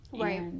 right